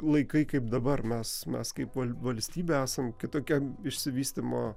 laikai kaip dabar mes mes kaip valstybė esam kitokiam išsivystymo